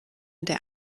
der